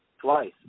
twice